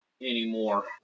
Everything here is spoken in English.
anymore